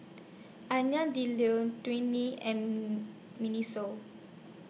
Alain Delon Twinings and Miniso